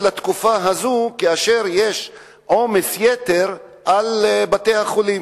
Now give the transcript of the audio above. לתקופה הזו כאשר יש עומס-יתר על בתי-החולים?